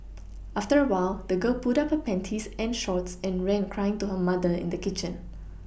after a while the girl pulled up her panties and shorts and ran crying to her mother in the kitchen